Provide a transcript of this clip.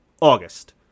August